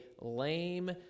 lame